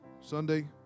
Sunday